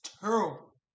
terrible